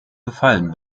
gefallen